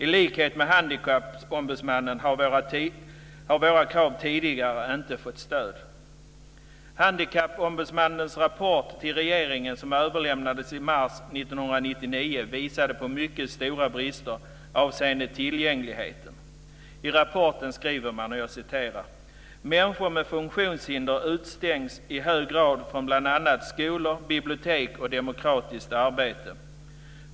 I likhet med Handikappombudsmannen har våra krav tidigare inte fått stöd. Handikappombudsmannens rapport till regeringen, som överlämnades i mars 1999, visade på mycket stora brister avseende tillgängligheten. I rapporten skriver man: "Människor med funktionshinder utestängs i hög grad från bland annat skolor, bibliotek och demokratiskt arbete.